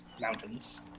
mountains